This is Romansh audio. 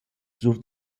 sur